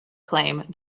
claim